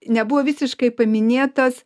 nebuvo visiškai paminėtas